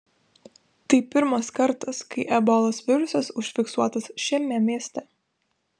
tai pirmas kartas kai ebolos virusas užfiksuotas šiame mieste